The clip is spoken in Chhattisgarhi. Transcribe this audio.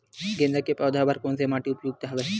गेंदा के पौधा बर कोन से माटी उपयुक्त हवय?